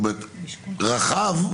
רחב,